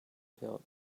build